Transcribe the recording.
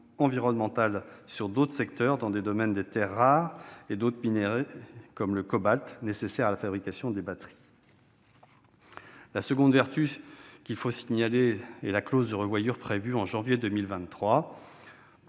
environnemental, concernant d'autres secteurs, dans le domaine des terres rares et de minerais comme le cobalt, nécessaire à la fabrication des batteries. La seconde vertu, qu'il faut signaler, est la clause de « revoyure » prévue en janvier 2023